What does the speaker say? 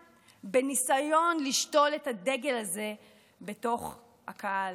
בניסיון לשתול את הדגל הזה בתוך הקהל,